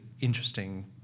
interesting